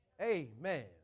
Amen